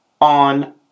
on